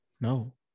No